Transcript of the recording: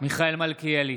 מיכאל מלכיאלי,